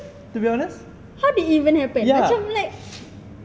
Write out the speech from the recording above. to be honest ya